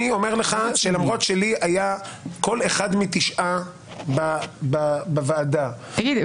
אני אומר לך שלמרות שלי היה קול אחד מתשעה בוועדה השפעתי.